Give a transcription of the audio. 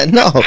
no